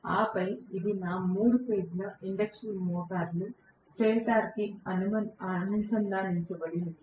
ఆపై ఇది నా మూడు ఫేజ్ ల ఇండక్షన్ మోటార్లు స్టేటర్కు అనుసంధానించబడి ఉంది